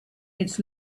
its